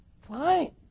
Fine